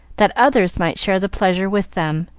that others might share the pleasure with them,